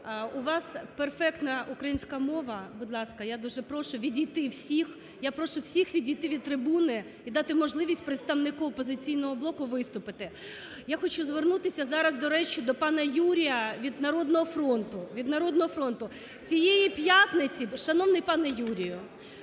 у вас перфектна українська мова. Будь ласка, я дуже прошу відійти всіх, я прошу всіх відійти від трибуни і дати можливість представнику "Опозиційного блоку" виступити. Я хочу звернутися зараз, до речі, до пана Юрія від "Народного фронту", від "Народного фронту". Цієї п'ятниці… Шановний пане Юрію,